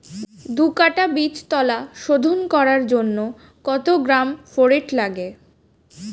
দু কাটা বীজতলা শোধন করার জন্য কত গ্রাম ফোরেট লাগে?